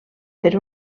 per